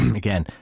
again